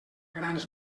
grans